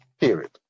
period